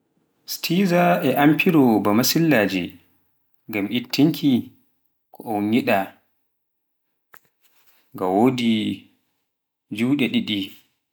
tweezer e amfiro baa masillaje ngam ittinki ko unyiɗa, nga wadi juuɗe ɗiɗi.